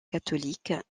catholique